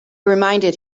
reminded